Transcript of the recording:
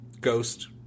ghost